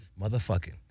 Motherfucking